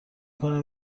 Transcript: کنم